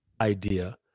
idea